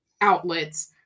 outlets